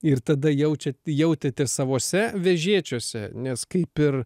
ir tada jaučiat jautėtės savose vežėčiose nes kaip ir